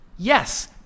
Yes